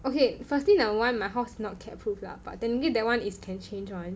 okay firstly number one my house is not cat proof lah but then definitely that one is can change one